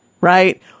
right